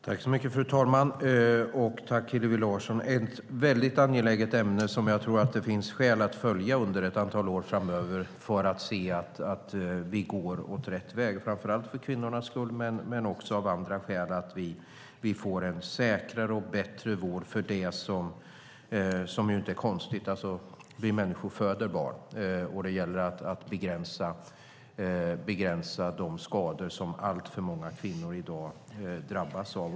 Fru talman! Jag vill tacka Hillevi Larsson för att hon tar upp ett väldigt angeläget ämne. Jag tror att det finns skäl att följa det under ett antal år framöver för att se att vi går rätt väg, framför allt för kvinnornas skull men också för att få en säkrare och bättre vård. Det är ju egentligen inget konstigt - kvinnor föder barn - att det gäller att begränsa de skador som alltför många kvinnor i dag drabbas av.